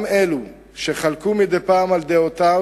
גם אלה שחלקו מדי פעם על דעותיו